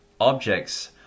objects